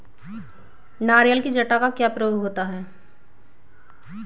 नारियल की जटा का क्या प्रयोग होता है?